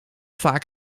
vaak